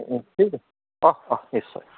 ঠিক আছে অঁ অঁ নিশ্চয়